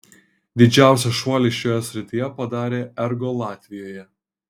didžiausią šuolį šioje srityje padarė ergo latvijoje